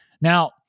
Now